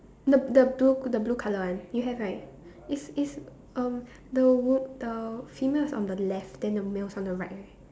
the the blue the blue colour one you have right is is um the wo~ the female is on the left and the male is on the right right